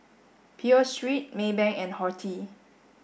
Pho Street Maybank and Horti